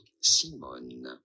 Simone